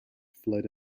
fled